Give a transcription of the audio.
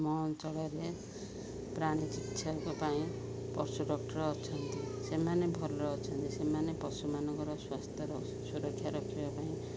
ଆମ ଅଞ୍ଚଳରେ ପ୍ରାଣୀ ଚିକିତ୍ସାକ ପାଇଁ ପଶୁ ଡକ୍ଟର୍ ଅଛନ୍ତି ସେମାନେ ଭଲରେ ଅଛନ୍ତି ସେମାନେ ପଶୁମାନଙ୍କର ସ୍ୱାସ୍ଥ୍ୟର ସୁରକ୍ଷା ରଖିବା ପାଇଁ